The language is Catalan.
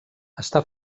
està